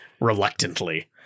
reluctantly